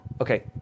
Okay